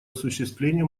осуществление